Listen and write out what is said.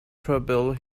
trouble